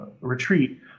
retreat